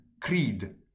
creed